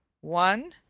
one